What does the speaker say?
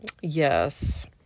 yes